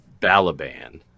Balaban